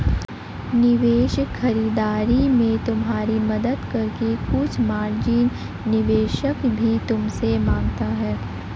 निवेश खरीदारी में तुम्हारी मदद करके कुछ मार्जिन निवेशक भी तुमसे माँगता है